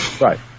Right